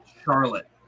Charlotte